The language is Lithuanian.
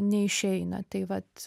neišeina tai vat